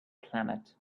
planet